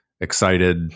excited